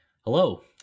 Hello